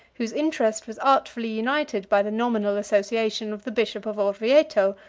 whose interest was artfully united by the nominal association of the bishop of orvieto,